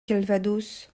calvados